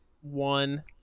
one